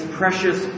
precious